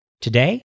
Today